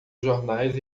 jornais